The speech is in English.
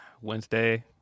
wednesday